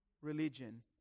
religion